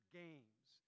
games